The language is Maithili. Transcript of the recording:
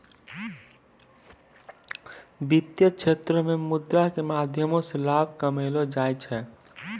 वित्तीय क्षेत्रो मे मुद्रा के माध्यमो से लाभ कमैलो जाय छै